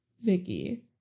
Vicky